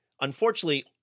unfortunately